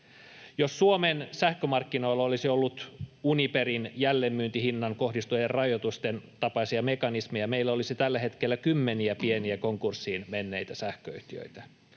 Jos Suomen sähkömarkkinoilla olisi ollut Uniperin jälleenmyyntihintaan kohdistuvien rajoitusten tapaisia mekanismeja, meillä olisi tällä hetkellä kymmeniä pieniä konkurssiin menneitä sähköyhtiöitä.